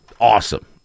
awesome